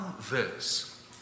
verse